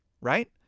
right